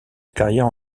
carrière